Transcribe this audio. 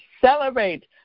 celebrate